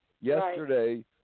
yesterday